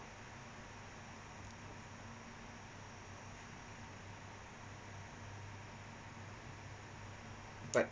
but